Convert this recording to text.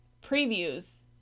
previews